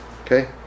Okay